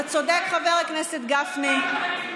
לא אכפת לכם מכלום, אתה צודק, חבר הכנסת גפני.